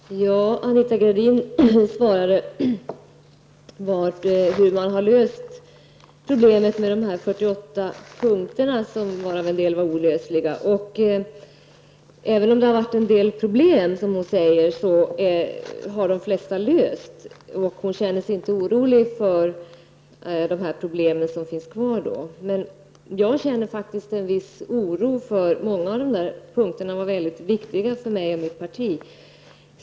Herr talman! Anita Gradin svarade på hur man har löst problemet med de 48 punkterna, varav en del är olösliga. Även om det har varit en del problem, som hon säger, har de flesta lösts. Hon känner sig inte orolig för de problem som finns kvar. Jag känner faktiskt en viss oro. Många av punkterna är mycket viktiga för mig och mitt parti.